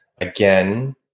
again